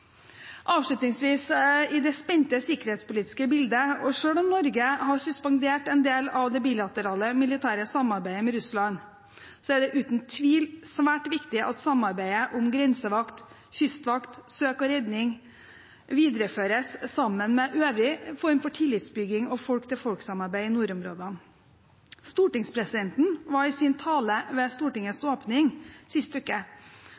Avslutningsvis: I det spente sikkerhetspolitiske bildet og selv om Norge har suspendert en del av det bilaterale militære samarbeidet med Russland, er det uten tvil svært viktig at samarbeidet om grensevakt, kystvakt og søk og redning videreføres sammen med øvrige former for tillitsbygging og folk-til-folk-samarbeid i nordområdene. Stortingspresidenten var i sin tale ved Stortingets åpning sist